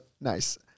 Nice